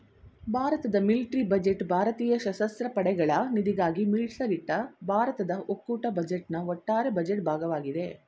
ಭಾರತದ military budget ಭಾರತೀಯ ಸಶಸ್ತ್ರ ಪಡೆಗಳ ನಿಧಿಗಾಗಿ ಮೀಸಲಿಟ್ಟ ಭಾರತದ ಒಕ್ಕೂಟ ಬಜೆಟ್ನ ಒಟ್ಟಾರೆ ಬಜೆಟ್ ಭಾಗವಾಗಿದೆ